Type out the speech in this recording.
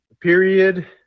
period